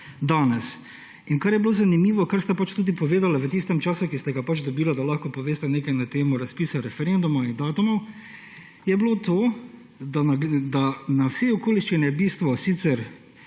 Danes. Kar je bilo zanimivo, kar sta tudi povedala v tistem času, ki sta ga dobila, da lahko povesta nekaj na temo razpisa referenduma in datumov, je bilo to, da je glede na vse okoliščine v bistvu sicer